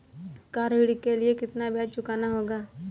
Car ऋण के लिए कितना ब्याज चुकाना होगा?